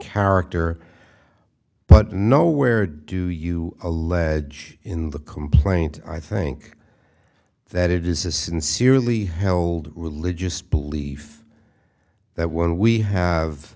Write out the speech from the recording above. character but nowhere do you allege in the complaint i think that it is a sincerely held religious belief that when we have